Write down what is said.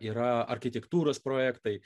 yra architektūros projektai